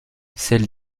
celle